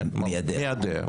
הוא מיידע.